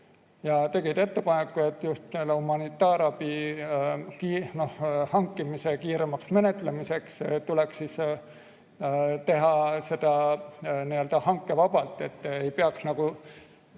ja tegid ettepaneku, et just humanitaarabi hankimise kiiremaks menetlemiseks tuleks seda teha nii‑öelda hankevabalt, et humanitaarabi